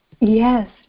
Yes